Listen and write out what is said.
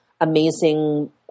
amazing